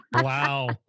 Wow